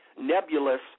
nebulous